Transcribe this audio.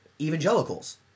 evangelicals